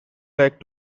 back